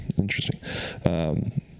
interesting